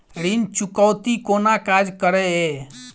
ऋण चुकौती कोना काज करे ये?